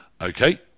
Okay